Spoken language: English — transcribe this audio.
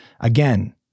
Again